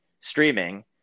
streaming